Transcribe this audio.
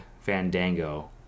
Fandango